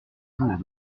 jours